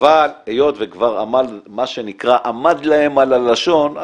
היות ומה שנקרא עמד להם על הלשון,